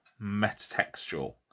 metatextual